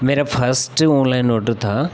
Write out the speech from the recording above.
मेरा first online order था